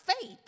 faith